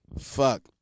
Fuck